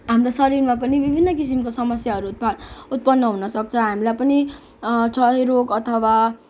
हाम्रो शरीरमा पनि विभिन्न किसिमको समस्याहरू उत्पा उत्पन्न हुन सक्छ हामीलाई पनि क्षय रोग अथवा